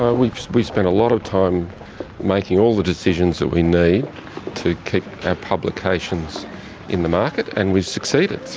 ah we've we've spent a lot of time making all the decisions that we need to keep our publications in the market and we've succeeded.